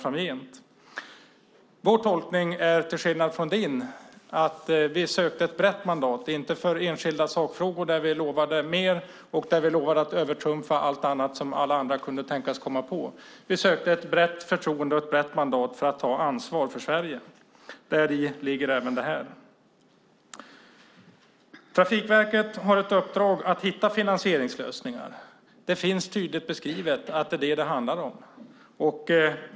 Till skillnad från Jonas Sjöstedts tolkning är vår tolkning att vi sökte ett brett mandat men inte för enskilda sakfrågor där vi lovade mer och där vi lovade att övertrumfa allt annat som alla andra kunde tänkas komma med. Vi sökte i stället ett brett förtroende och ett brett mandat för att ta ansvar för Sverige. Däri ligger även det vi här debatterar. Trafikverket har i uppdrag att hitta finansieringslösningar. Det finns tydligt beskrivet att det handlar om det.